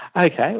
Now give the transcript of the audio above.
Okay